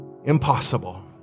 impossible